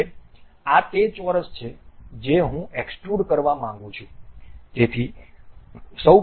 હવે આ તે ચોરસ છે જે હું એક્સ્ટ્રુડ કરવા માંગું છું